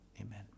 Amen